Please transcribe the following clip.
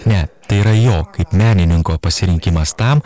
ne tai yra jo kaip menininko pasirinkimas tam